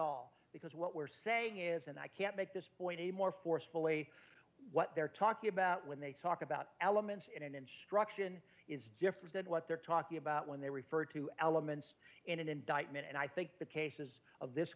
all because what we're saying is and i can't make this point any more forcefully what they're talking about when they talk about elements in an instruction is different than what they're talking about when they refer to elements in an indictment and i think the cases of this